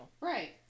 Right